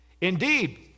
Indeed